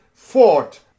fought